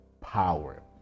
power